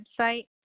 website